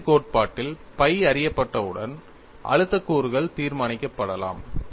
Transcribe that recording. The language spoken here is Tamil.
நெகிழ்ச்சி கோட்பாட்டில் phi அறியப்பட்டவுடன் அழுத்த கூறுகள் தீர்மானிக்கப்படலாம்